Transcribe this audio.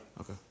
Okay